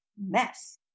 mess